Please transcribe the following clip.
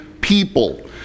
people